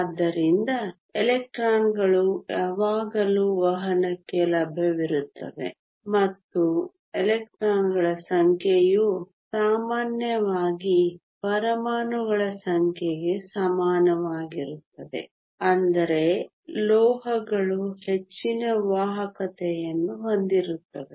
ಆದ್ದರಿಂದ ಎಲೆಕ್ಟ್ರಾನ್ಗಳು ಯಾವಾಗಲೂ ವಹನಕ್ಕೆ ಲಭ್ಯವಿರುತ್ತವೆ ಮತ್ತು ಎಲೆಕ್ಟ್ರಾನ್ಗಳ ಸಂಖ್ಯೆಯು ಸಾಮಾನ್ಯವಾಗಿ ಪರಮಾಣುಗಳ ಸಂಖ್ಯೆಗೆ ಸಮಾನವಾಗಿರುತ್ತದೆ ಅಂದರೆ ಲೋಹಗಳು ಹೆಚ್ಚಿನ ವಾಹಕತೆಯನ್ನು ಹೊಂದಿರುತ್ತವೆ